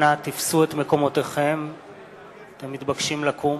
אנא תפסו את מקומותיכם, אתם מתבקשים לקום.